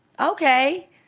Okay